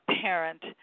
parent